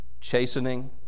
Chastening